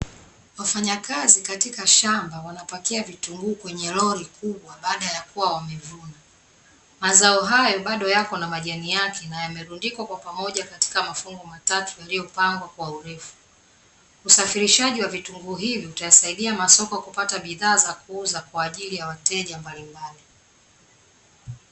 Wafanyakazi katika shamba wanapakia vitunguu kwenye lori kubwa baada ya kuwa wamevuna. Mazao hayo bado yako na majani yake na yamerundikwa kwa pamoja katika mafungu matatu yaliyopangwa kwa urefu. Usafirishaji wa vitunguu hivyo utasaidia masoko kupata bidhaa za kuuza kwa ajili ya wateja mbalimbali.